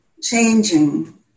changing